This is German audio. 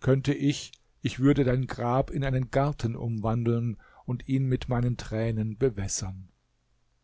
könnte ich ich würde dein grab in einen garten umwandeln und ihn mit meinen tränen bewässern